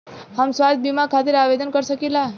हम स्वास्थ्य बीमा खातिर आवेदन कर सकीला?